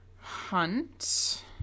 hunt